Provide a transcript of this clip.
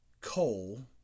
coal